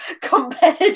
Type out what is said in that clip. compared